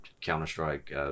Counter-Strike